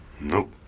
Nope